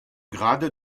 grade